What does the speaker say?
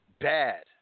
bad